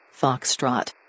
Foxtrot